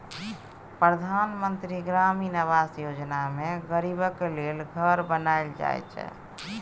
परधान मन्त्री ग्रामीण आबास योजना मे गरीबक लेल घर बनाएल जाइ छै